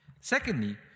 Secondly